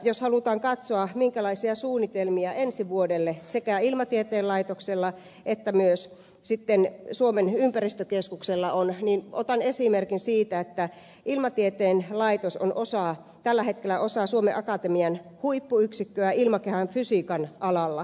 jos halutaan katsoa minkälaisia suunnitelmia ensi vuodelle sekä ilmatieteen laitoksella että myös suomen ympäristökeskuksella on niin esimerkiksi ilmatieteen laitos on tällä hetkellä osa suomen akatemian huippuyksikköä ilmakehän fysiikan alalla